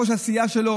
ראש הסיעה שלו,